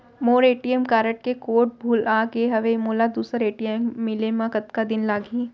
मोर ATM card के code भुला गे हव, मोला दूसर ए.टी.एम मिले म कतका दिन लागही?